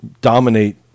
dominate